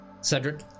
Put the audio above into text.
Cedric